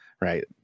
right